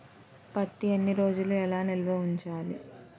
పత్తి ఎన్ని రోజులు ఎలా నిల్వ ఉంచాలి?